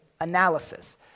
analysis